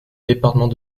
département